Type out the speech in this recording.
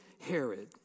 Herod